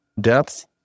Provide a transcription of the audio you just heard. depth